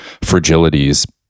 fragilities